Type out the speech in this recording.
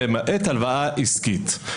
למעט הלוואה עסקית,